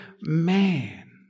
man